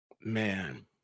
Man